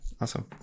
awesome